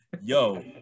Yo